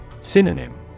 Synonym